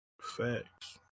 Facts